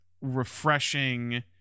refreshing